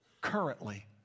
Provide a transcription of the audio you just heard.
currently